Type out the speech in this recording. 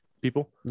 people